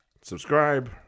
Subscribe